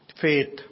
faith